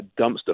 dumpster